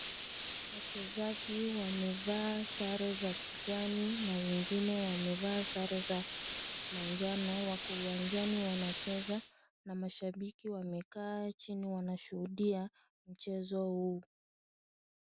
Wachezaji wamevaa sare za kijani na wengine wamevaa sare za manjano wako uwanjani wanacheza na mashabiki wamekaa chini wanashuhudia mchezo huu.